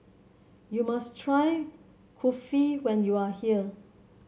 you must try Kulfi when you are here